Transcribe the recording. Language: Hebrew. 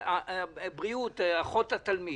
בריאות, אחות לתלמיד,